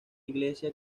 iglesia